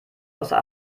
außer